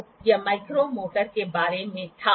तो यह माइक्रोमीटर के बारे में था